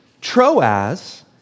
Troas